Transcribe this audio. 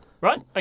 Right